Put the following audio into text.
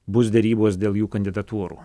bus derybos dėl jų kandidatūrų